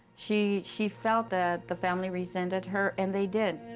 she she felt that the family resented her, and they did.